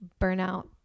burnout